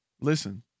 listen